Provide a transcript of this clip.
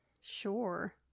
Sure